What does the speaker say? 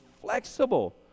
flexible